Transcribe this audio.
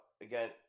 again